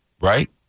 right